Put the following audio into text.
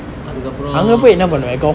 அதுக்கப்ப்ரோம்:athukkaprom